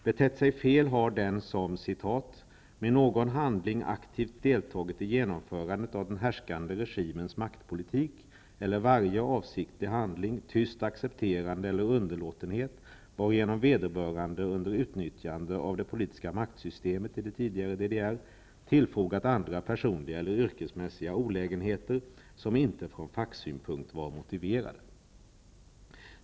Betett sig fel har den som med någon handling aktivt deltagit i genomförandet av den härskande regimens maktpolitik, eller varje avsiktlig handling, tyst accepterande eller underlåtenhet, varigenom vederbörande under utnyttjande av det politiska maktsystemet i det tidigare DDR tillfogat andra personliga eller yrkesmässiga olägenheter, som inte från facksynpunkt var motiverade.